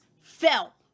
fell